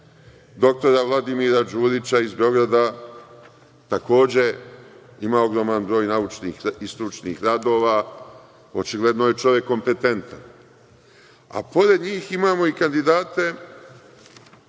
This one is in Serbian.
Doktora Vladimira Đurića iz Beograda, takođe ima ogroman broj naučnih i stručnih radova, očigledno je čovek kompetentan. Pored njih imamo i kandidate